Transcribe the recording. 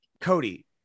Cody